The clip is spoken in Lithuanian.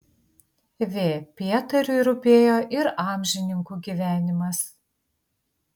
v pietariui rūpėjo ir amžininkų gyvenimas